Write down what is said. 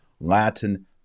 Latin